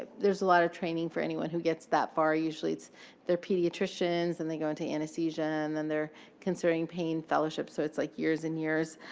there's a lot of training for anyone who gets that far. usually, it's they're pediatricians. and they go into anesthesia. and then they're considering pain fellowship. so it's, like, years and years.